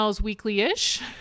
weekly-ish